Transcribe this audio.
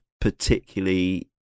particularly